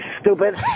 stupid